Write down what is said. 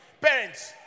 Parents